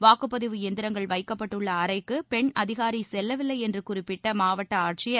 வாக்குப்பதிவு எந்திரங்கள் வைக்கப்பட்டுள்ள அறைக்கு பெண் அதிகாரி செல்லவில்லை என்று குறிப்பிட்ட மாவட்ட ஆட்சியர்